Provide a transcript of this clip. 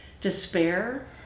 despair